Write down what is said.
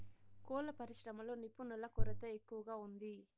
కోళ్ళ పరిశ్రమలో నిపుణుల కొరత ఎక్కువగా ఉంది